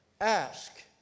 Ask